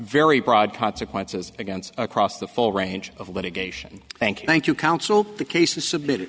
very broad consequences against across the full range of litigation thank you thank you counsel the case was submitted